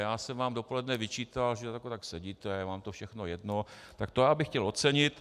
Já jsem vám dopoledne vyčítal, že tady tak sedíte a je vám to všechno jedno, tak to já bych chtěl ocenit.